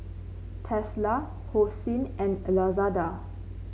Tesla Hosen and Lazada